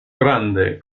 grande